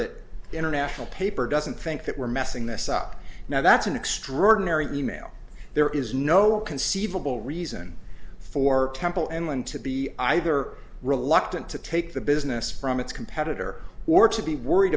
that international paper doesn't think that we're messing this up now that's an extraordinary email there is no siebel reason for temple and learn to be either reluctant to take the business from its competitor or to be worried